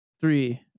three